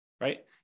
right